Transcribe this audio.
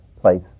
place